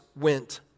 went